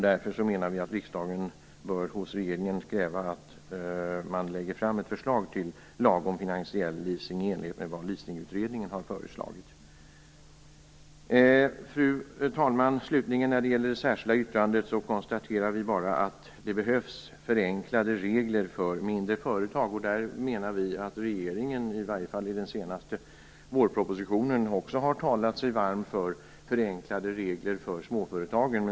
Därför menar vi att riksdagen hos regeringen bör kräva att den lägger fram ett förslag om finansiell leasing i enlighet med vad Leasingutredningen har föreslagit. Fru talman! I det särskilda yttrandet konstaterar vi bara att det behövs förenklade regler för mindre företag. Vi pekar på att också regeringen i varje fall i den senaste vårpropositionen har talat sig varm för förenklade regler för småföretagen.